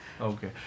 Okay